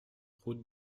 route